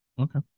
Okay